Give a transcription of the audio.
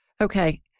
Okay